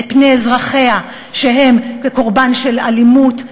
את פני אזרחיה שהם קורבן של אלימות.